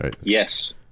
Yes